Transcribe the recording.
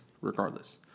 regardless